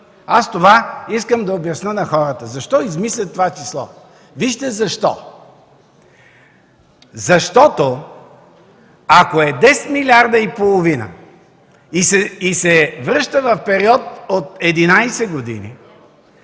Аз това искам да обясня на хората. Защо измислят това число? Вижте защо! Защото, ако е 10 милиарда и половина и се връща в период от 11 години,